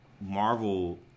Marvel